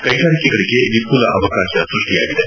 ಕೈಗಾರಿಕೆಗಳಿಗೆ ವಿಪುಲ ಅವಕಾಶ ಸೃಷ್ಟಿಯಾಗಿದೆ